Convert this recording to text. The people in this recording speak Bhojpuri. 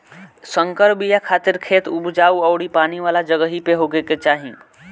संकर बिया खातिर खेत उपजाऊ अउरी पानी वाला जगही पे होखे के चाही